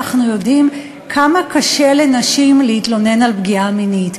אנחנו יודעים כמה קשה לנשים להתלונן על פגיעה מינית,